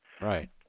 Right